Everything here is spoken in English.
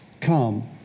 Come